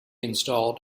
installed